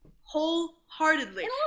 Wholeheartedly